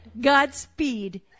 Godspeed